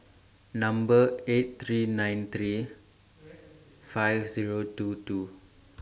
Number eight three nine three five Zero two two